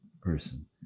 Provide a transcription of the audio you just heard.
person